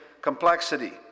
complexity